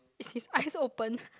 is his eyes open